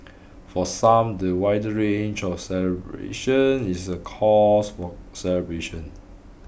for some the wider range of celebrations is a cause for celebration